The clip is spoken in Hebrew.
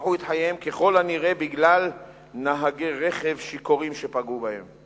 קיפחו את חייהם ככל הנראה בגלל נהגי רכב שיכורים שפגעו בהם.